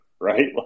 Right